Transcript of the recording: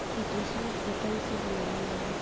chitosan, chitin से बनावल जाला